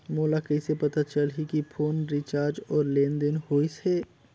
मोला कइसे पता चलही की फोन रिचार्ज और लेनदेन होइस हे?